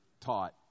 taught